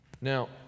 Now